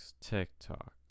TikTok